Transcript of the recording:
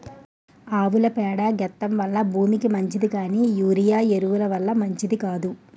ఆవుల పేడ గెత్తెం వల్ల భూమికి మంచిది కానీ యూరియా ఎరువు ల వల్ల మంచిది కాదు